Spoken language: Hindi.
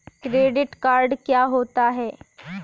क्रेडिट कार्ड क्या होता है?